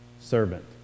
Servant